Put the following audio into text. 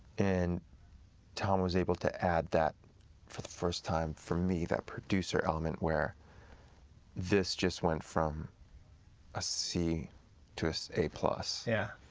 and tom was able to add that for the first time for me that producer element where this just went from a c to an so a plus. yeah.